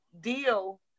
deal